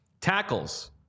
tackles